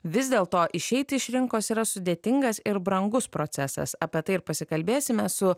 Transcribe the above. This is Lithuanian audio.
vis dėl to išeiti iš rinkos yra sudėtingas ir brangus procesas apie tai ir pasikalbėsime su